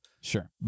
Sure